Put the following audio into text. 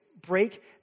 break